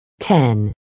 Ten